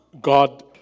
God